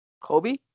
Kobe